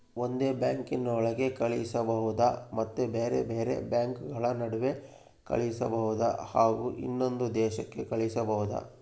ಒಂದೇ ಬ್ಯಾಂಕಿನೊಳಗೆ ಕಳಿಸಬಹುದಾ ಮತ್ತು ಬೇರೆ ಬೇರೆ ಬ್ಯಾಂಕುಗಳ ನಡುವೆ ಕಳಿಸಬಹುದಾ ಹಾಗೂ ಇನ್ನೊಂದು ದೇಶಕ್ಕೆ ಕಳಿಸಬಹುದಾ?